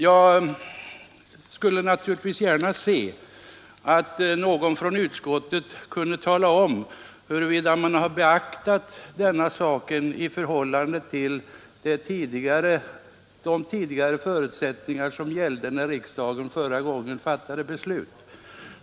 Jag skulle naturligtvis gärna se att någon från utskottet kunde tala om, huruvida man har beaktat detta i förhållande till de förutsättningar som gällde då riksdagen fattade sitt beslut.